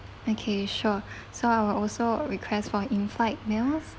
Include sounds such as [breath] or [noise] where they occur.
okay sure [breath] so I will also request for inflight meals